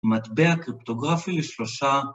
‫מטבע קריפטוגרפי לשלושה.